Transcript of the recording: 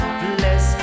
bless